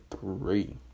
three